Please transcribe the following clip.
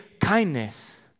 kindness